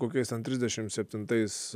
kokiais ten trisdešim septintais